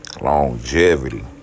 longevity